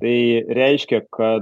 tai reiškia kad